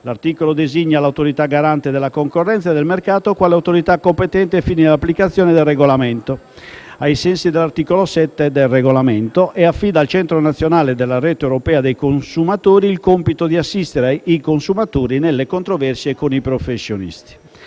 L'articolo designa l'Autorità garante della concorrenza e del mercato quale competente ai fini dell'applicazione del regolamento (ai sensi dell'articolo 7 dello stesso) e affida al Centro nazionale della rete europea dei consumatori (ECC-Net) il compito di assistere i consumatori nelle controversie con i professionisti.